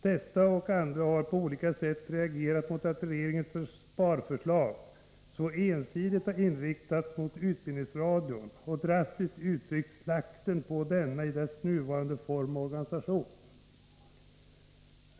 Dessa och andra har på olika sätt reagerat mot att regeringens sparförslag så ensidigt har inriktats mot utbildningsradion och, drastiskt uttryckt, slakten på denna i dess nuvarande form och organisation.